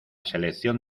selección